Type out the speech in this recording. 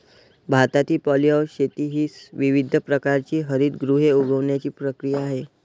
भारतातील पॉलीहाऊस शेती ही विविध प्रकारची हरितगृहे उगवण्याची प्रक्रिया आहे